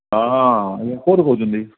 ହଁ କେଉଁଠୁ କହୁଛନ୍ତି